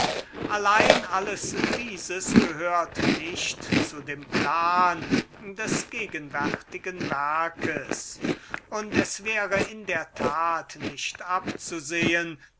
allein alles dieses gehört nicht zu dem plan des gegenwärtigen werkes und es wäre in der tat nicht abzusehen